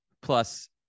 plus